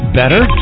better